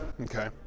Okay